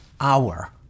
hour